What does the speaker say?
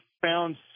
found